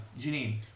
Janine